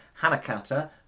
Hanakata